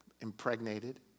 impregnated